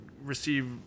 receive